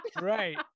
Right